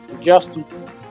Justin